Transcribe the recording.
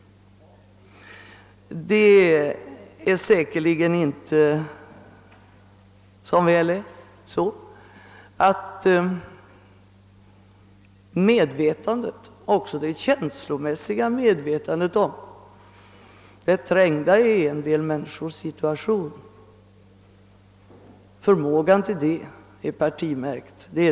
Det är säkerligen inte förmågan till ett känslomässigt medvetande om det trängda i en del människors situation som är partimärkt.